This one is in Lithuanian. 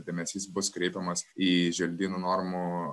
dėmesys bus kreipiamas į želdynų normų